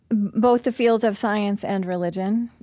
both the fields of science and religion.